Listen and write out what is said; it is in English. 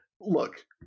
Look